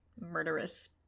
murderous